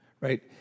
right